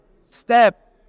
step